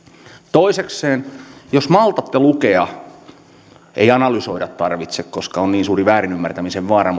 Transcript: toisekseen jos maltatte lukea ei analysoida tarvitse koska on niin suuri väärin ymmärtämisen vaara